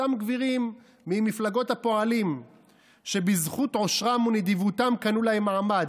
אותם גבירים ממפלגות הפועלים שבזכות עושרם ונדיבותם קנו להם מעמד.